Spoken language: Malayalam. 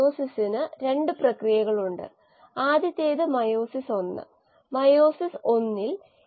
കോശങ്ങളുടെ വളർച്ചയ്ക്ക് ലഭ്യമായ ഒരേയൊരു മോഡൽ ഇതല്ല